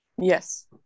Yes